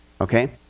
okay